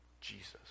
Jesus